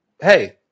Hey